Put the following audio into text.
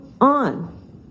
on